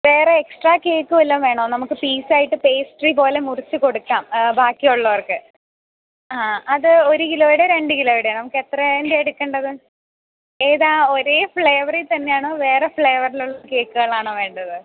വേറെ extra cake വല്ലതും വേണോ നമുക്ക് പീസായിട്ട് പേസ്ട്രി പോലെ മുറിച്ച് കൊടുക്കാം ബാക്കിയുള്ളവർക്ക് ആ അത് ഒരു കിലോയുടെയോ രണ്ട് കിലോയുടെയോ നമുക്കെത്രേന്റേതാണ് എടുക്കേണ്ടത് ഏതാണ് ഒരേ ഫ്ലേവറില് തന്നെയാണോ വേറെ ഫ്ലേവറിലുള്ള കേക്കുകളാണോ വേണ്ടത്